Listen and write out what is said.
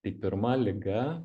tai pirma liga